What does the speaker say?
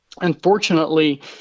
unfortunately